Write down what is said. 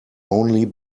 only